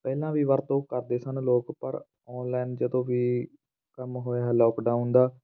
ਪਹਿਲਾਂ ਵੀ ਵਰਤੋਂ ਕਰਦੇ ਸਨ ਲੋਕ ਪਰ ਔਨਲਾਈਨ ਜਦੋਂ ਵੀ ਕੰਮ ਹੋਇਆ ਹੈ ਲੋਕਡਾਊਨ ਦਾ